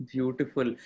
Beautiful